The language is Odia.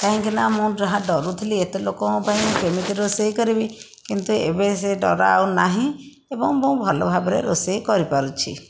କାହିଁକିନା ମୁଁ ଯାହା ଡରୁଥିଲି ଏତେ ଲୋକଙ୍କ ପାଇଁ କେମିତି ରୋଷେଇ କରିବି କିନ୍ତୁ ଏବେ ସେ ଡର ଆଉ ନାହିଁ ଏବଂ ବୋହୁ ଭଲ ଭାବରେ ରୋଷେଇ କରିପାରୁଛି